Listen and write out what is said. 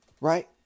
Right